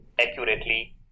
accurately